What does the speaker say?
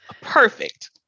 Perfect